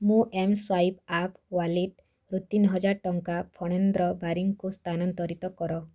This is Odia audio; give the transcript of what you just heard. ମୋ ଏମ୍ସ୍ୱାଇପ୍ ଆପ୍ ୱାଲେଟରୁ ତିନିହଜାର ଟଙ୍କା ଫଣେନ୍ଦ୍ର ବାରିକଙ୍କୁ ସ୍ଥାନାନ୍ତରିତ କର